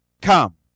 come